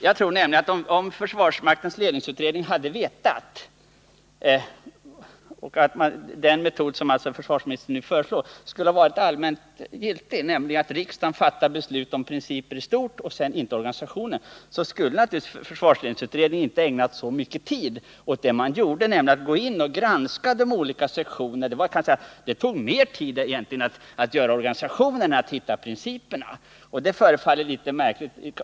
Jag tror att om den metod som försvarsministern nu föreslår skulle ha varit allmänt giltig, nämligen att riksdagen fattar beslut om principer i stort och inte om organisationen, så skulle försvarsledningsutredningen inte ha ägnat så mycket tid åt att gå in och granska de olika sektionerna. Det tog egentligen mer tid att fastställa organisationerna än att finna principerna. Det förefaller litet märkligt.